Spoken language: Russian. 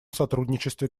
сотрудничестве